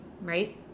right